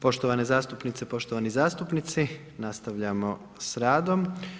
Poštovane zastupnice i poštovani zastupnici, nastavljamo s radom.